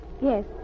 Yes